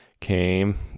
came